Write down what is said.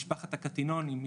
משפחת הקטינונים,